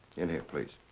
in here, please.